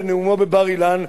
בנאומו בבר-אילן,